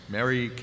Mary